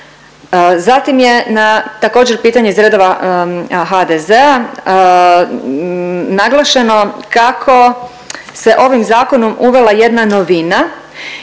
Zatim je na također pitanje iz redova HDZ-a naglašeno kako se ovim zakonom uvela jedna novina